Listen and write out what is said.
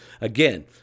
again